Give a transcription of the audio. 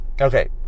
Okay